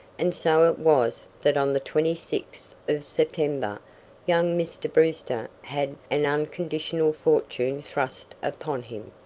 and so it was that on the twenty sixth of september young mr. brewster had an unconditional fortune thrust upon him,